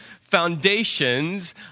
foundations